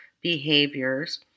behaviors